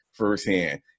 firsthand